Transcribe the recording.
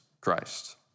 Christ